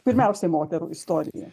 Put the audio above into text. pirmiausiai moterų istorija